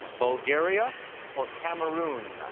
bulgaria or cameroon?